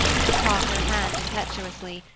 he caught her hand impetuously,